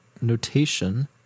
notation